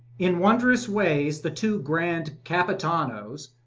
in wondrous ways, the two grand capitano's,